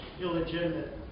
illegitimate